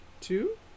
two